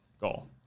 Goal